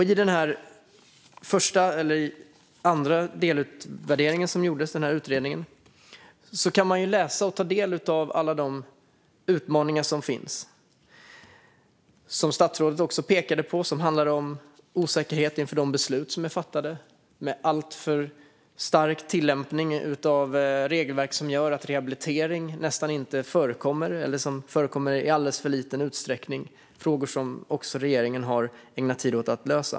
I den andra delutvärdering som gjordes av utredningen kan man läsa om och ta del av alla de utmaningar som finns, som statsrådet också pekade på. Det handlar om osäkerhet inför de beslut som är fattade och alltför stark tillämpning av regelverk som gör att rehabilitering nästan inte förekommer eller förekommer i alldeles för liten utsträckning. Det är frågor som regeringen har ägnat tid åt att lösa.